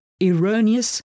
Erroneous